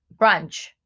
brunch